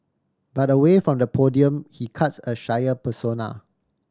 but away from the podium he cuts a shyer persona